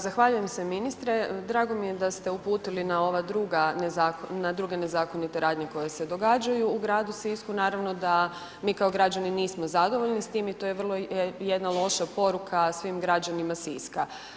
Zahvaljujem se ministre, drago mi je da ste uputili na ova druga, na druge nezakonite radnje koje se događaju u gradu Sisku naravno da mi kao građani nismo zadovoljni s tim i to je vrlo jedna loša poruka svim građanima Siska.